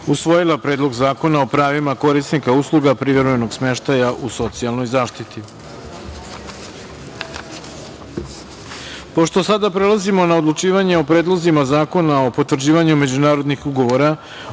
usvojila Predlog zakona o pravima korisnika usluga privremenog smeštaja u socijalnoj zaštiti. Pošto sada prelazimo na odlučivanje o predlozima zakona o potvrđivanju međunarodnih ugovora,